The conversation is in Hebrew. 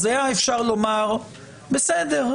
אז היה אפשר לומר: בסדר,